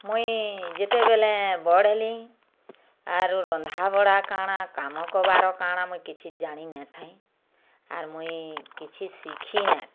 ମୁଇଁ ଯେତେବେଲେଁ ବଡ଼୍ ହେଲି ଆରୁ ରନ୍ଧାବଢ଼ା କାଣା କାମ କରବାର କାଣା ମୁଇଁ କିଛି ଜାଣି ନାଇଥାଏ ଆର୍ ମୁଇଁ କିଛି ଶିଖି ନାଇଥାଏ